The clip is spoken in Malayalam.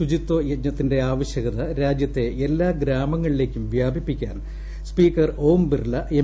ശുചിത്വ യജ്ഞത്തിന്റെ ആവശ്യകത രാജ്യത്തെ എല്ലാ ഗ്രാമങ്ങളിലേക്കും വ്യാപിപ്പിക്കാൻ സ്പീക്കർ ഓം ബിർല എം